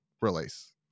release